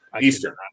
Eastern